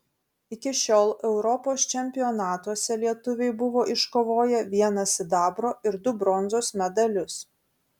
iki šiol europos čempionatuose lietuviai buvo iškovoję vieną sidabro ir du bronzos medalius